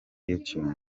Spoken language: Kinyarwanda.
youtube